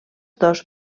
dos